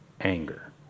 anger